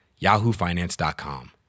yahoofinance.com